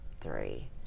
three